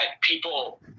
people